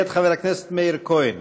מאת חבר הכנסת מאיר כהן.